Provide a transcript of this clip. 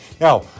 Now